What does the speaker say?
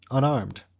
unarmed.